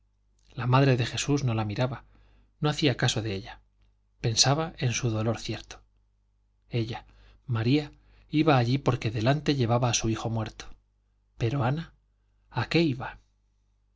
la madre de jesús no la miraba no hacía caso de ella pensaba en su dolor cierto ella maría iba allí porque delante llevaba a su hijo muerto pero ana a qué iba